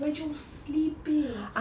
when she was sleeping